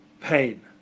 pain